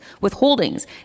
withholdings